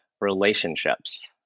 relationships